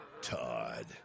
Todd